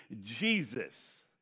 Jesus